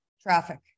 traffic